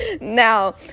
now